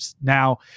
now